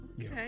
Okay